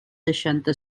seixanta